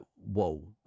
whoa